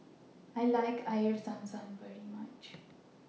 I like Air Zam Zam very much